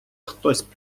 хтось